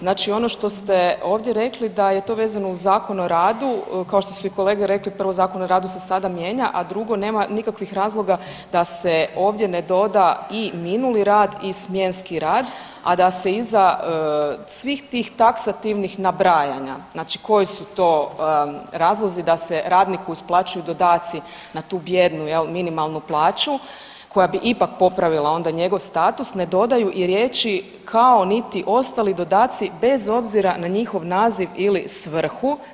Znači ono što ste ovdje rekli da je to vezano uz Zakon o radu, kao što su i kolege rekli prvo Zakon o radu se sada mijenja, a drugo nema nikakvih razloga da se ovdje ne doda i minuli rad i smjenski rad, a da se iza svih tih taksativnih nabrajanja, znači koji su to razlozi da se radniku isplaćuju dodaci na tu bijednu jel minimalnu plaću koja bi ipak popravila njegov status ne dodaju i riječi kao niti ostali dodaci bez obzira na njihov naziv ili svrhu.